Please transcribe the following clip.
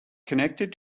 connected